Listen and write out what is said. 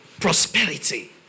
Prosperity